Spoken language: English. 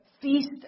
Feast